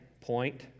point